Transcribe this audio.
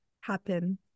happen